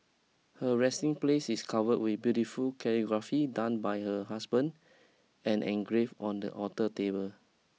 her resting place is covered with beautiful calligraphy done by her husband and engraved on the altar table